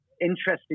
interesting